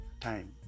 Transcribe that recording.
time